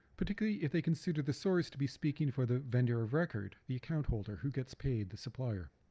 particularly if they consider the source to be speaking for the vendor of record, the account holder who gets paid, the supplier.